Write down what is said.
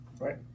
right